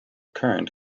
current